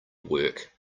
work